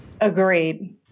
Agreed